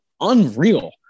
unreal